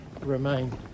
remain